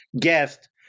guest